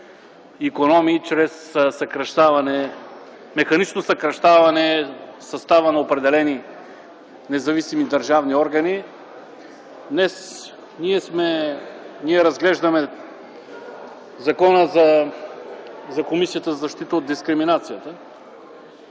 икономии чрез механично съкращаване състава на определени независими държавни органи. Днес ние разглеждаме Комисията за защита от дискриминация.